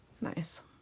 Nice